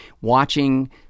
watching